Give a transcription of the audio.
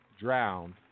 drowned